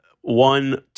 one